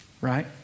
right